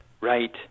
right